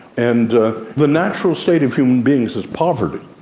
and the natural state of human beings is poverty.